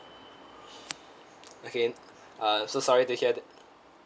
okay uh so sorry to hear